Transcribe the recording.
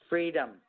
Freedom